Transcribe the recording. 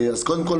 אז קודם כל,